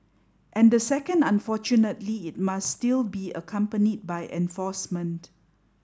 and the second unfortunately it must still be accompanied by enforcement